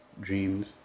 dreams